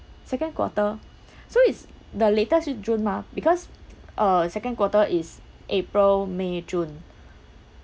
second quarter so it's the latest is june mah because uh second quarter is april may june